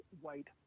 white